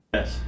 Yes